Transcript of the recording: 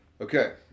Okay